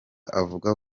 avuga